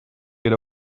get